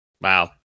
Wow